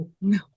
No